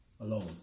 Alone